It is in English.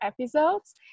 episodes